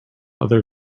other